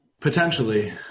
potentially